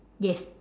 yes